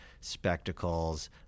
spectacles